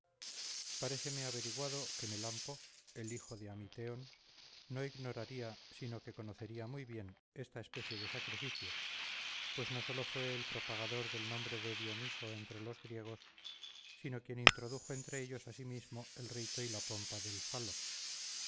xlix paréceme averiguado que melampo el hijo de amiteon no ignoraría sino que conocería muy bien esta especie de sacrificio pues no sólo fue el propagador del nombre de dioniso entre los griegos sino quien introdujo entre ellos asimismo el rito y la pompa del phalo